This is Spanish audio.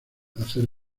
hacer